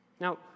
Now